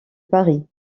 paris